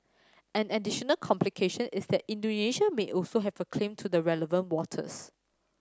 an additional complication is that Indonesia may also have a claim to the relevant waters